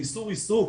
ואיסור עיסוק